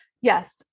Yes